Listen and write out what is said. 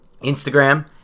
instagram